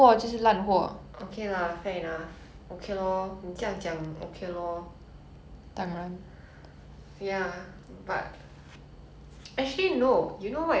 ya but actually no you know what you're thinking of you're thinking of oil pastel instead of crayons